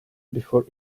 before